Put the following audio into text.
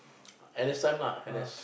N_S time lah N_S